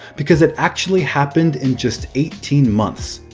because it actually happened in just eighteen months.